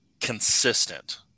consistent